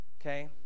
okay